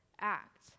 act